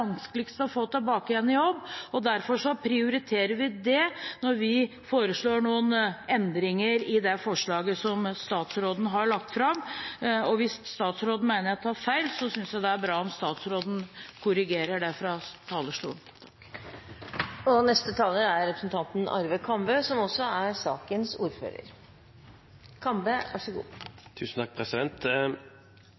å få tilbake i jobb, og derfor prioriterer vi det når vi foreslår noen endringer i det forslaget som statsråden har lagt fram. Og hvis statsråden mener jeg tar feil, synes jeg det er bra om statsråden korrigerer det fra talerstolen. På vegne av statsråden kan jeg si at Rigmor Aasrud har rett; så lenge det er